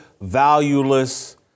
valueless